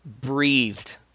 breathed